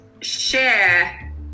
share